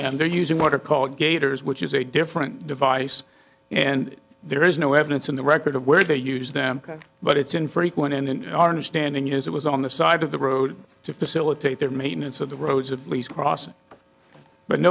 nomi and they're using what are called gaiters which is a different device and there is no evidence in the record of where they use them but it's infrequent in our understanding is it was on the side of the road to facilitate their maintenance of the roads at least crossing but